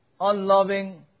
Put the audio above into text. unloving